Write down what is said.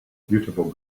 beautiful